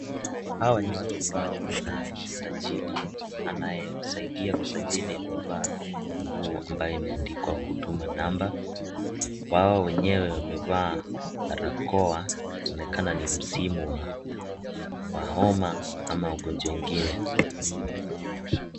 Hawa ni watu ambao wanajisajili, anayemsaidia kusajili amevaa nguo ambayo imeandikwa huduma namba wao wenyewe wamevaa barakoa inaonekana ni msimu wa homa ama ugonjwa ingine.